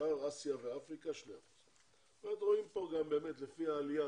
שאר אסיה ואפריקה 2%. זאת אומרת רואים פה גם באמת לפי העלייה,